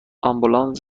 آمبولانس